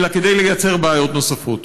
אלא כדי לייצר בעיות נוספות.